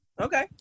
Okay